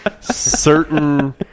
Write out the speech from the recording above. certain